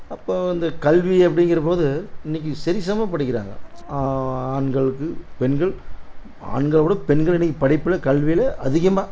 அப்போது அந்த கல்வி அப்படிங்கிறபோது இன்றைக்கி சரி சமமாக படிக்கிறாங்க ஆண்களுக்கு பெண்கள் ஆண்களை விட பெண்கள் இன்றைக்கி படிப்பில் கல்வியிலே அதிகமாக